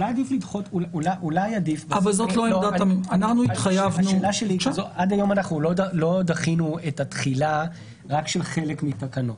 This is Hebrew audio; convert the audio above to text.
עד היום לא דחינו את התחילה רק של חלק מתקנות.